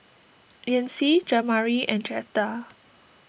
Yancy Jamari and Jetta